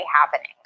happening